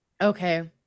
okay